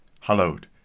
Hallowed